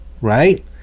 Right